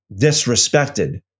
disrespected